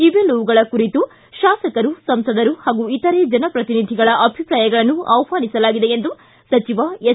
ಇವೆಲ್ಲವುಗಳ ಕುರಿತು ಶಾಸಕರು ಸಂಸದರು ಹಾಗೂ ಇತರೆ ಜನಪ್ರತಿನಿಧಿಗಳ ಅಭಿಪ್ರಾಯಗಳನ್ನು ಆಷ್ಟಾನಿಸಲಾಗಿದೆ ಎಂದು ಸಚಿವ ಎಸ್